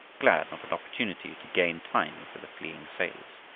glad of an opportunity to gain time for the fleeing sailors.